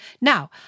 Now